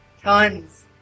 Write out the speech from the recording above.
Tons